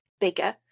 bigger